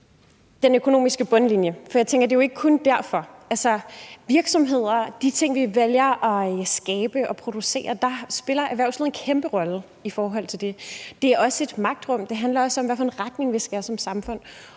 den økonomiske bundlinje, for jeg tænker, at det jo ikke kun er derfor. Altså, i forhold til virksomheder og de ting, vi vælger at skabe og producere, spiller erhvervslivet en kæmpe rolle. Det er også et magtrum. Det handler også om, hvad for en retning vi skal i som samfund.